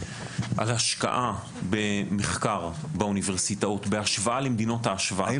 ההשקעה במחקר באוניברסיטאות בהשוואה למדינות ההשוואה --- האם